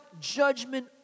judgment